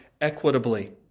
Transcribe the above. equitably